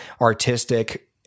artistic